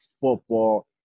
football